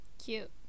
Cute